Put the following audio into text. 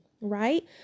Right